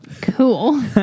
Cool